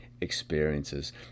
experiences